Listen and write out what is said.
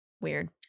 Weird